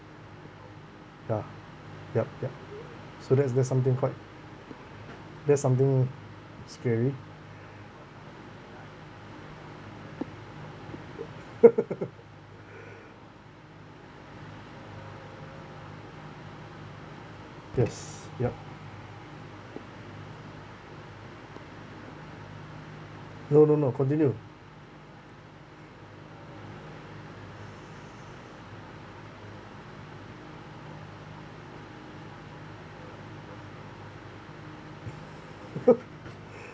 ya yup yup so that's that's something quite that's something scary yes yup no no no continue